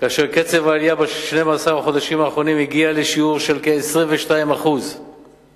כאשר קצב העלייה ב-12 החודשים האחרונים הגיע לשיעור של כ-22% מדהים,